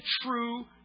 true